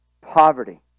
poverty